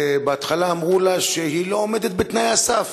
ובהתחלה אמרו לה שהיא לא עומדת בתנאי הסף.